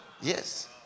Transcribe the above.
Yes